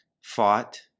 fought